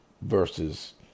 versus